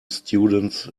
students